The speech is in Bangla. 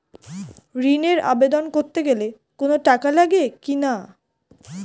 ঋণের আবেদন করতে গেলে কোন টাকা লাগে কিনা?